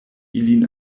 ilin